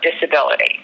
disability